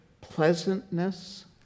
pleasantness